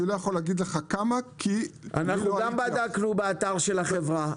אני לא יכול להגיד לך כמה --- גם אנחנו בדקנו באתר של החברה,